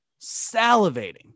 salivating